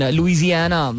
Louisiana